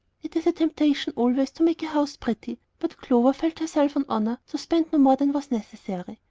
it is a temptation always to make a house pretty, but clover felt herself on honor to spend no more than was necessary.